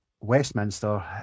westminster